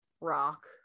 rock